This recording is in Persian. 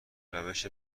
روش